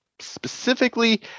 specifically